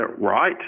right